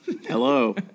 hello